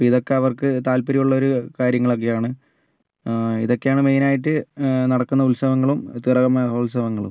ഇപ്പം ഇതൊക്കെ അവർക്ക് താല്പര്യമുള്ളൊരു കാര്യങ്ങളൊക്കെയാണ് ഇതൊക്കെയാണ് മെയിനായിട്ട് നടക്കുന്ന ഉത്സവങ്ങളും തിറ മഹോത്സവങ്ങളും